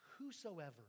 Whosoever